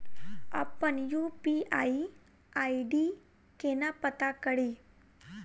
अप्पन UPI ID केना पत्ता कड़ी?